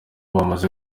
bamaze